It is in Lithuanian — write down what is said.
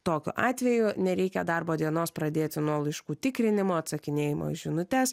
tokiu atveju nereikia darbo dienos pradėti nuo laiškų tikrinimo atsakinėjimo į žinutes